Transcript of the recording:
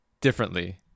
differently